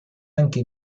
anche